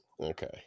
Okay